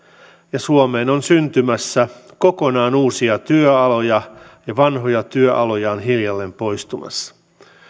ja suomeen on syntymässä kokonaan uusia työaloja ja vanhoja työaloja on hiljalleen poistumassa